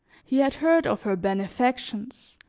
he had heard of her benefactions,